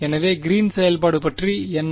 எனவே கிரீன்ஸ்செயல்பாடு green's பற்றி என்ன